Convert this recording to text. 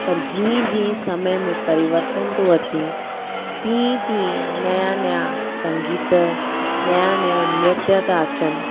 पर जीअं जीअं समय में परिवर्तन थो अचे तीअं तीअं नया नया संगीत नया नया नृत्य था अचनि